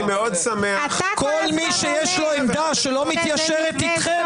אמרתי שאני מאוד שמח --- כל מי שיש לו עמדה שלא מתיישרת אתכם,